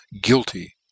guilty